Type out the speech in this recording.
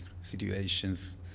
situations